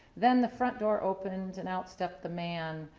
then the front door opened and out stepped the man,